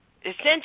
essentially